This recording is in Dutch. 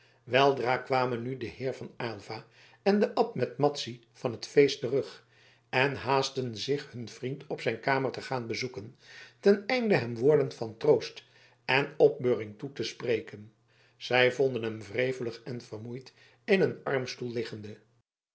weldra kwamen nu de heer van aylva en de abt met madzy van het feest terug en haastten zich hun vriend op zijn kamer te gaan bezoeken ten einde hem woorden van troost en opbeuring toe te spreken zij vonden hem wrevelig en vermoeid in een armstoel liggende